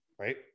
Right